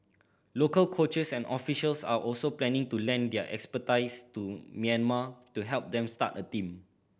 local coaches and officials are also planning to lend their expertise to Myanmar to help them start a team